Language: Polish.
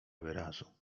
wyrazu